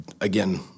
again